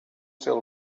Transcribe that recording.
still